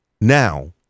now